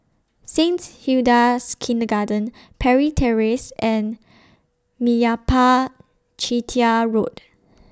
Saint Hilda's Kindergarten Parry Terrace and Meyappa Chettiar Road